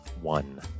One